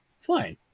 fine